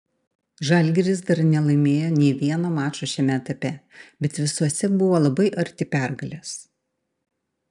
žalgiris dar nelaimėjo nė vieno mačo šiame etape bet visuose buvo labai arti pergalės